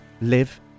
live